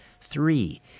Three